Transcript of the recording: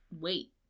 wait